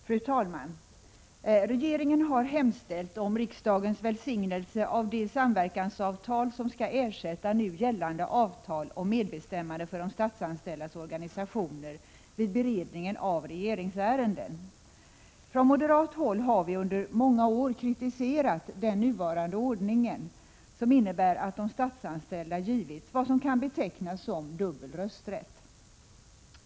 Fru talman! Regeringen har hemställt om riksdagens välsignelse av det samverkansavtal som skall ersätta nu gällande avtal om medbestämmande för de statsanställdas organisationer vid beredningen av regeringsärenden. Från moderat håll har vi under många år kritiserat den nuvarande ordningen, som innebär att de statsanställda givits vad som kan betecknas som dubbel rösträtt.